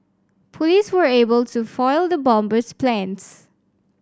police were able to foil the bomber's plans